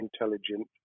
intelligent